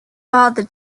father